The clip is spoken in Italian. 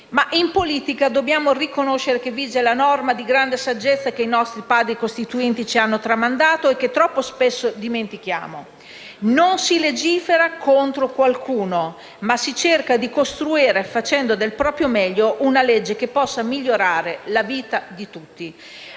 ma in politica dobbiamo riconoscere che vige la norma di grande saggezza che i nostri Padri costituenti ci hanno tramandato e che troppo spesso dimentichiamo: non si legifera contro qualcuno, ma si cerca di costruire, facendo del proprio meglio, una legge che possa migliorare la vita di tutti.